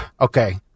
okay